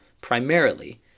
primarily